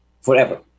forever